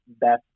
best